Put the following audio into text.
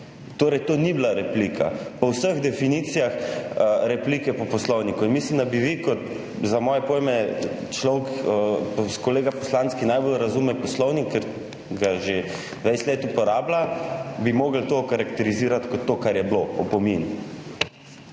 Torej, to ni bila replika po vseh definicijah replike po Poslovniku. Mislim, da bi vi kot za moje pojme človek, kolega poslanec, ki najbolj razume Poslovnik, ker ga že 20 let uporablja bi mogli to okarakterizirati kot to, kar je bilo, opomin.